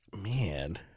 Man